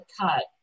cut